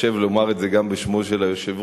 חושב לומר את זה גם בשמו של היושב-ראש,